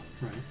right